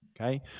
Okay